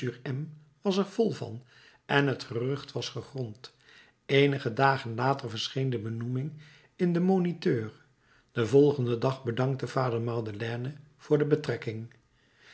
was er vol van en het gerucht was gegrond eenige dagen later verscheen de benoeming in den moniteur den volgenden dag bedankte vader madeleine voor de betrekking